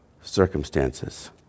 circumstances